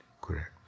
correct